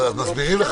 אבל מסבירים לך,